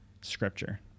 Scripture